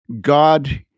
God